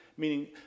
meaning